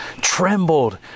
trembled